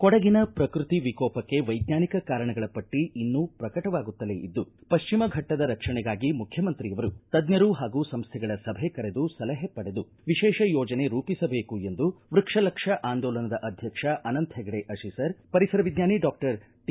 ಕೊಡಗಿನ ಪ್ರಕೃತಿ ವಿಕೋಪಕ್ಕೆ ವೈಜ್ವಾನಿಕ ಕಾರಣಗಳ ಪಟ್ಟಿ ಇನ್ನೂ ಪ್ರಕಟವಾಗುತ್ತಲೇ ಇದ್ದು ಪಶ್ಚಿಮ ಫಟ್ಟದ ರಕ್ಷಣೆಗಾಗಿ ಮುಖ್ಯಮಂತ್ರಿಯವರು ತಜ್ವರು ಹಾಗೂ ಸಂಸ್ಥೆಗಳ ಸಭೆ ಕರೆದು ಸಲಹೆ ಪಡೆದು ವಿಶೇಷ ಯೋಜನೆ ರೂಪಿಸಬೇಕು ಎಂದು ವ್ಯಕ್ಷ ಲಕ್ಷ ಆಂದೋಲನದ ಅಧ್ಯಕ್ಷ ಅನಂತ ಹೆಗಡೆ ಅಶೀಸರ ಪರಿಸರ ವಿಜ್ವಾನಿ ಡಾಕ್ಟರ್ ಟಿ